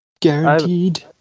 Guaranteed